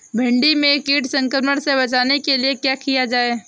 भिंडी में कीट संक्रमण से बचाने के लिए क्या किया जाए?